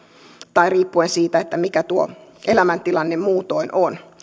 tai riippuen siitä mikä elämäntilanne muutoin on